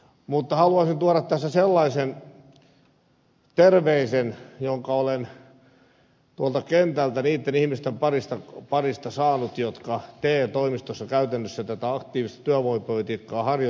mutta haluaisin tuoda tässä sellaisen terveisen jonka olen tuolta kentältä niitten ihmisten parista saanut jotka te toimistossa käytännössä tätä aktiivista työvoimapolitiikkaa harjoittavat